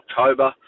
October